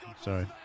sorry